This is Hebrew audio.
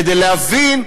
כדי להבין,